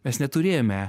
mes neturėjome